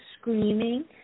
screaming